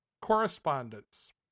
correspondence